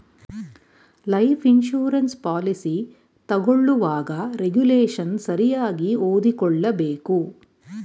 life insurance policy ತಗೊಳ್ಳುವಾಗ regulation ಸರಿಯಾಗಿ ಓದಿಕೊಳ್ಳಬೇಕು